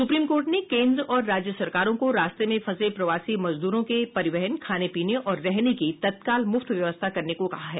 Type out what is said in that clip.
supreme court ने केन्द्र और राज्य सरकारों को रास्ते में फंसे प्रवासी मजदूरों के परिवहन खाने पीने और रहने की तत्काल मुफ्त व्यवस्था करने को कहा है